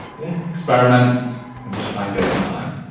yeah. experiment and just try and get it in time.